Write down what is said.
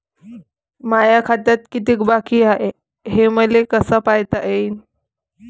माया खात्यात कितीक बाकी हाय, हे मले कस पायता येईन?